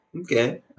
Okay